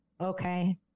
okay